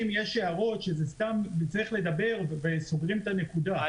יש הערות שצריך לדבר וסוגרים את הנקודה.